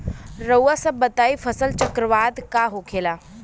रउआ सभ बताई फसल चक्रवात का होखेला?